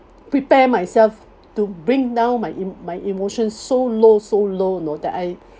prepare myself to bring down my em~ my emotion so low so low you know that I